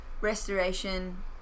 restoration